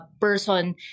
person